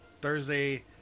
Thursday